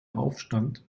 aufstand